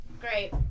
Great